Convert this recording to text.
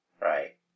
Right